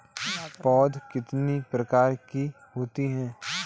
पौध कितने प्रकार की होती हैं?